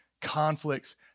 conflict's